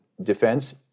defense